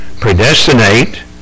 predestinate